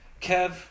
Kev